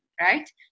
right